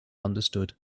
understood